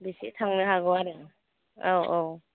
बेसे थांनो हागौ आरो औ औ